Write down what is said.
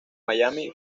miami